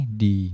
di